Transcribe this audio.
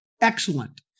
Excellent